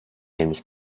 nämlich